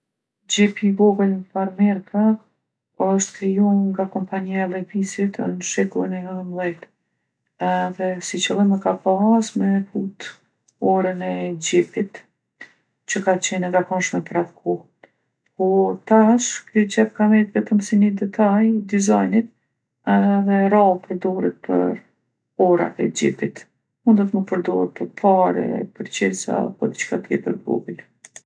Gjepi i vogël n'farmerka osht kriju nga kompania e Llevisit n'shekullin e nonëmdhet edhe si qëllim e ka pasë me fut orën e gjepit që ka qenë e zakonshme për atë kohë. Po tash ky gjep ka met vetëm si ni detaj i dizajnit edhe rrallë përdoret për orat e gjepit. Mundet mu perdorë për pare, për çelsa, për diçka tjeter t'vogël.